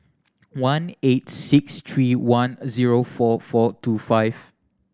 one eight six three one zero four four two five